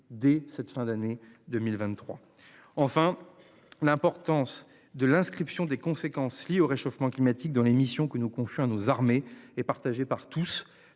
dès cette fin d'année 2023. Enfin l'importance de l'inscription des conséquences liées au réchauffement climatique dans l'émission que nous confions nos armées est partagé par tous.